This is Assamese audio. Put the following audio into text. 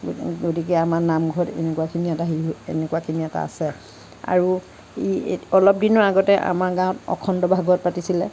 গতিকে আমাৰ নামঘৰত এনেকুৱাখিনি এটা হেৰি এনেকুৱাখিনি এটা আছে আৰু ই অলপ দিনৰ আগতে আমাৰ গাঁৱত অখণ্ড ভাগৱত পাতিছিলে